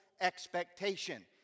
expectation